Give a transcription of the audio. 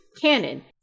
canon